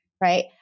right